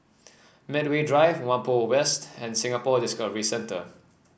Medway Drive Whampoa West and Singapore Discovery Centre